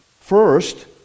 First